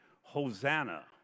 Hosanna